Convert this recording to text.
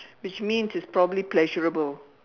which means it's probably pleasurable